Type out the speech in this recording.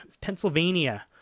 Pennsylvania